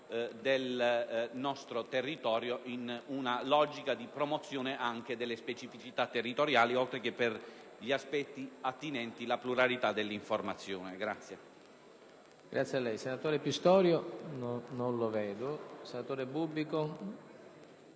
del nostro territorio in una logica di promozione anche delle specificità territoriali oltre che per gli aspetti attinenti la pluralità dell'informazione.